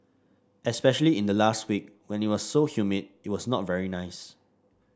especially in the last week when it was so humid it was not very nice